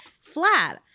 flat